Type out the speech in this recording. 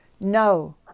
no